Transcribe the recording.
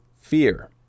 fear